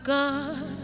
God